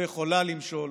לא יכולה למשול,